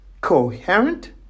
coherent